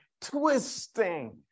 twisting